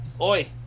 Oi